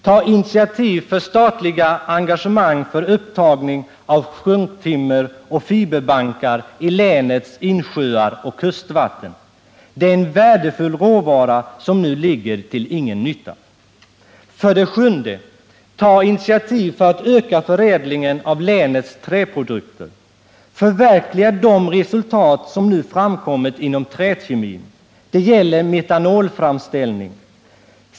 Ta initiativ till statliga engagemang för upptagning av sjunktimmer och fiberbankar i länets insjöar och kustvatten. Det är en värdefull råvara som nu ligger till ingen nytta. 7. Ta initiativ till en ökning av förädlingen av länets träprodukter. Förverkliga de resultat som nu framkommit inom träkemin. Det gäller framställningen av metanol.